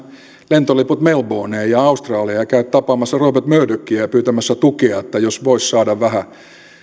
lentoliput melbourneen australiaan ja käyt tapaamassa rupert murdochia ja pyytämässä tukea että jos voisi saada